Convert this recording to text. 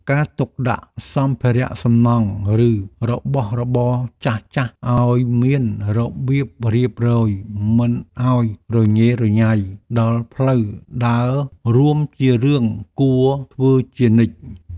ការទុកដាក់សម្ភារៈសំណង់ឬរបស់របរចាស់ៗឱ្យមានរបៀបរៀបរយមិនឱ្យរញ៉េរញ៉ៃដល់ផ្លូវដើររួមជារឿងគួរធ្វើជានិច្ច។